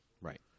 Right